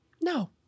no